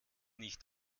nicht